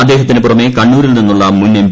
അദ്ദേഹത്തിന് പുറമെ കണ്ണൂരിൽ നിന്നുള്ള മുൻ എം